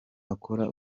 akora